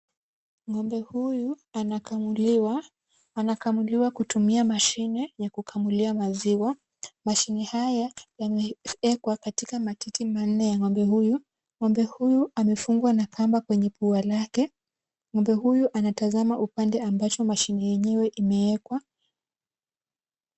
Ng'ombe huyu anakamuliwa. Anakamuliwa kutumia mashine ya kukamulia maziwa. Mashine haya yameekwa katika matiti manne ya ng'ombe huyu. Ng'ombe huyu amefungwa na kamba kwenye pua lake. Ng'ombe huyu anatazama upande ambacho mashine yenyewe imewekwa.